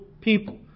people